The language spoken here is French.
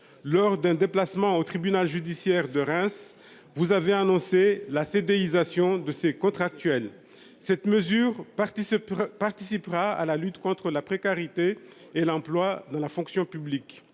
lors d'un déplacement au tribunal judiciaire de Reims. Vous avez annoncé la CDI sation de ces contractuels. Cette mesure se participera à la lutte contre la précarité et l'emploi dans la fonction publique